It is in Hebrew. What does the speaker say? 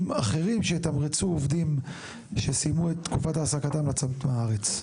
אחרים שיתמרצו עובדים שסיימו את תקופת העסקתם לצאת מהארץ?